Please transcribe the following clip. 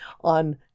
on